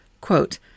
Quote